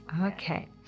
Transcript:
Okay